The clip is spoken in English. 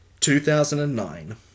2009